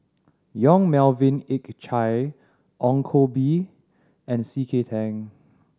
Yong Melvin Yik Chye Ong Koh Bee and C K Tang